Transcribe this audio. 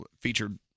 featured